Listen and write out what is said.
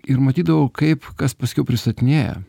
ir matydavau kaip kas paskiau pristatinėja